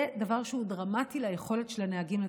זה דבר שהוא דרמטי ליכולת של הנהגים לתפקד.